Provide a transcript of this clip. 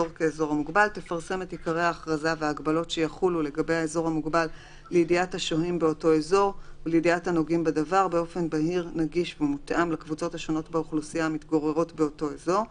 "הבאת ההכרזה וההגבלות לידיעת הציבור 21. הכריזה ועדת השרים על אזור כאזור מוגבל,